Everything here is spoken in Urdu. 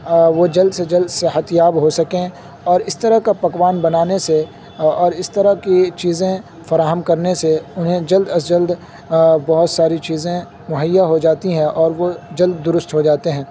وہ جلد سے جلد صحت یاب ہو سکیں اور اس طرح کا پکوان بنانے سے اور اس طرح کی چیزیں فراہم کرنے سے انہیں جلد از جلد بہت ساری چیزیں مہیا ہو جاتی ہیں اور وہ جلد درست ہو جاتے ہیں